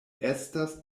estas